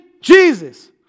Jesus